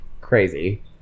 Crazy